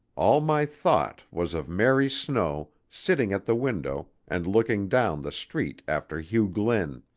all my thought was of mary snow sitting at the window and looking down the street after hugh glynn.